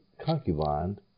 concubine